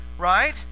right